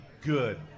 good